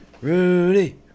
Rudy